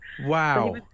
Wow